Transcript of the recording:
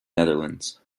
netherlands